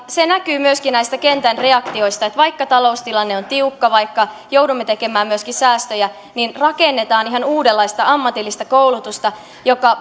se näkyy myöskin näistä kentän reaktioista että vaikka taloustilanne on tiukka vaikka joudumme tekemään myöskin säästöjä niin rakennetaan ihan uudenlaista ammatillista koulutusta joka